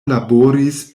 laboris